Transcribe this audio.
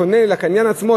לקניין עצמו,